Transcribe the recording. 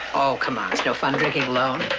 oh, come on. it's no fun drinking alone.